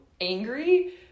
angry